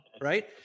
right